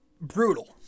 brutal